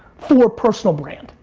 for personal brand.